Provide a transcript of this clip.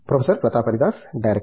professor Pratap Haridas direct